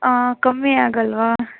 ಕಮ್ಮಿ ಆಗಲ್ವಾ